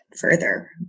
further